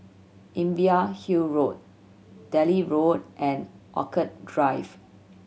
Imbiah Hill Road Delhi Road and Orchid Drive